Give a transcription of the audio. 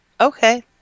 Okay